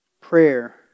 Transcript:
prayer